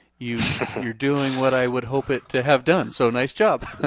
you know you're doing what i would hope it to have done. so nice job. ah